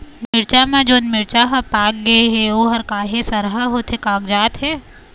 मिरचा म जोन मिरचा हर पाक गे हे ओहर काहे सरहा होथे कागजात हे?